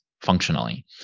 functionally